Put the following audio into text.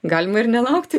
galima ir nelaukti